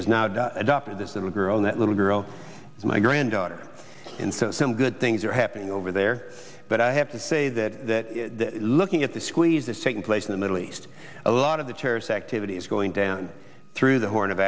is not adopted this little girl that little girl my granddaughter in so some good things are happening over there but i have to say that looking at the squeeze is taking place in the middle east a lot of the terrorist activity is going down through the horn of